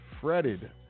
fretted